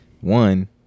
one